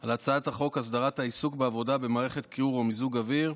על הצעת חוק הסדרת העיסוק בעבודה במערכת קירור או מיזוג אוויר,